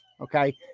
Okay